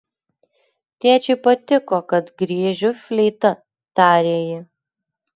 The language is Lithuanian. tėčiui patiko kad griežiu fleita tarė ji